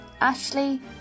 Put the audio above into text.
Ashley